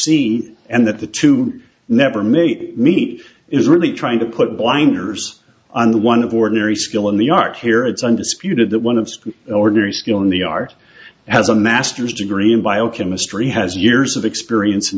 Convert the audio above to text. see and that the two never make me is really trying to put blinders on one of ordinary skill in the art here it's undisputed that one of ordinary skill in the art has a master's degree in biochemistry has years of experience in